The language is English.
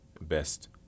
best